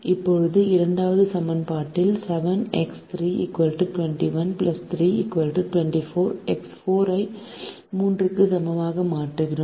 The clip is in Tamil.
இப்போது இரண்டாவது சமன்பாட்டில் 7 எக்ஸ் 3 21 3 24 எக்ஸ் 4 ஐ 3 க்கு சமமாக மாற்றுகிறோம்